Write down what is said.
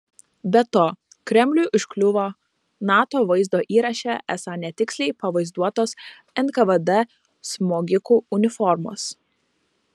be to kremliui užkliuvo nato vaizdo įraše esą netiksliai pavaizduotos nkvd smogikų uniformos